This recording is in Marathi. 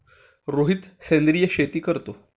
रोहित सेंद्रिय शेती करतो